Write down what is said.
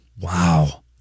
Wow